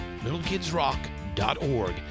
littlekidsrock.org